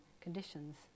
conditions